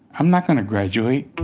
i'm not going to graduate